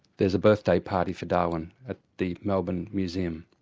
there's a birthday party for darwin at the melbourne museum.